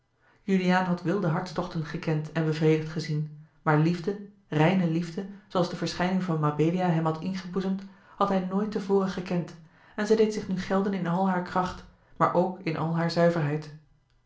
juliaan had wilde hartstochten gekend en bevredigd gezien maar liefde reine liefde zooals de verschijning van mabelia hem had ingeboezemd had hij nooit tevoren gekend en zij deed zich nu gelden in al hare kracht maar ook in al hare zuiverheid